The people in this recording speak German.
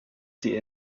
sie